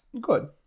Good